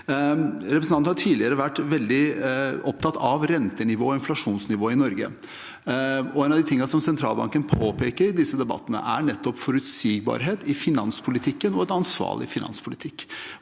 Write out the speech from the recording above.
Representanten har tidligere vært veldig opptatt av rentenivået og inflasjonsnivået i Norge, og en av de tingene som sentralbanken påpeker i disse debattene, er nettopp forutsigbarhet i finanspolitikken og en ansvarlig finanspolitikk.